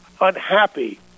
unhappy